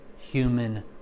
human